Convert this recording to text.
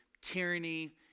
tyranny